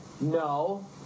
no